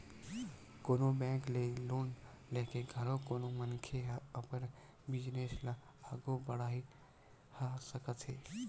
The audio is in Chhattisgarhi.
कोनो बेंक ले लोन लेके घलो कोनो मनखे ह अपन बिजनेस ल आघू बड़हा सकत हवय